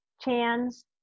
Chan's